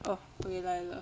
uh 回来了